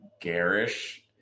garish